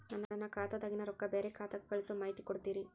ನನ್ನ ಖಾತಾದಾಗಿನ ರೊಕ್ಕ ಬ್ಯಾರೆ ಖಾತಾಕ್ಕ ಕಳಿಸು ಮಾಹಿತಿ ಕೊಡತೇರಿ?